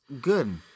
good